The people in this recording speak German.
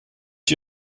die